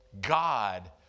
God